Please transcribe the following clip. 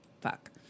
fuck